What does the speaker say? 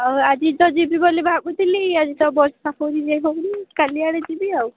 ଆଉ ଆଜି ତ ଯିବି ବୋଲି ଭାବୁଥିଲି ଆଜି ତ ବର୍ଷା ପଡ଼ୁଛି ଯାଇ ହେଉନି କାଲିଆଡ଼େ ଯିବି ଆଉ